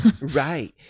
Right